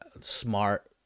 smart